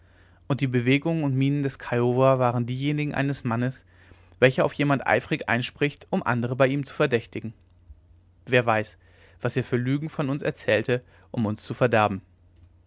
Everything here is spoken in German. und die bewegungen und mienen des kiowa waren diejenigen eines mannes welcher auf jemand eifrig einspricht um andere bei ihm zu verdächtigen wer weiß was er für lügen von uns erzählte um uns zu verderben